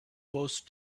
post